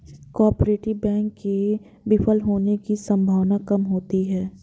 cooperative bank के विफल होने की सम्भावना काम होती है